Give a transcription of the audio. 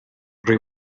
rwy